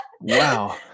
Wow